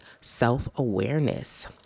self-awareness